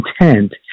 intent